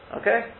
Okay